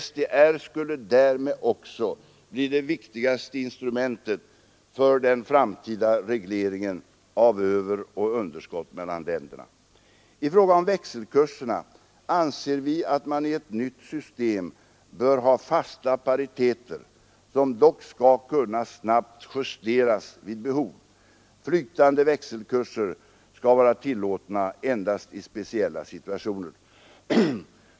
SDR skulle därmed också bli det viktigaste instrumentet för den framtida regleringen av överoch underskott mellan länderna. I fråga om växelkurserna anser vi att man i ett nytt system bör ha fasta pariteter, som dock skall kunna snabbt justeras vid behov. Flytande växelkurser skall vara tillåtna endast i speciella situationer.